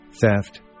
theft